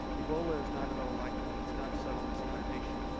ebola is not at all like that. it's not subtle. it's not patient.